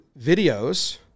videos